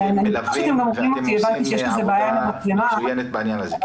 אתם מלווים ואתם עושים עבודה מצוינת בעניין הזה.